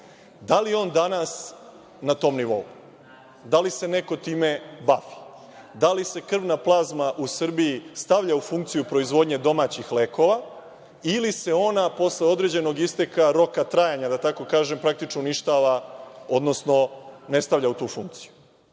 li je on danas na tom nivou? Da li se neko time bavi? Da li se krvna plazma u Srbiji stavlja u funkciju proizvodnje domaćih lekova ili se ona posle određenog isteka roka trajanja, da tako kažem, praktično uništava odnosno ne stavlja u tu funkciju? Ono